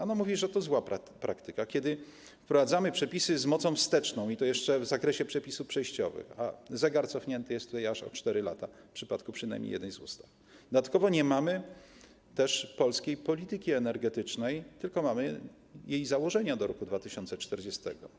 Ono mówi, że to zła praktyka, kiedy wprowadzamy przepisy z mocą wsteczną, i to jeszcze w zakresie przepisów przejściowych, a zegar cofnięty jest tutaj aż o 4 lata w przypadku przynajmniej jednej z ustaw, dodatkowo nie mamy też polskiej polityki energetycznej, tylko mamy jej założenia do roku 2040.